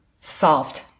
solved